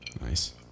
Nice